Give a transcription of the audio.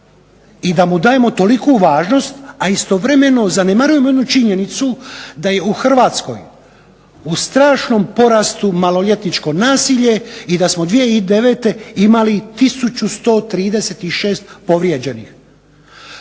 i da mu dajemo toliku važnost, a istovremeno se zanemarujemo jednu činjenicu da je u Hrvatskoj u strašnom porastu maloljetničko nasilje i da smo 2009. imali 1136 povrijeđenih.